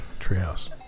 Treehouse